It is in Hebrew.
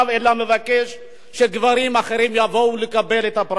אלא מבקש שגברים יבואו לקבל את הפרס.